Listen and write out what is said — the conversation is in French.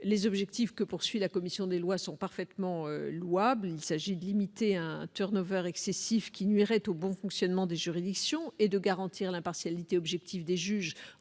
Les objectifs que cherche à atteindre la commission des lois sont parfaitement louables : il s'agit de limiter un turn-over excessif qui nuirait au bon fonctionnement des juridictions et de garantir l'impartialité objective des juges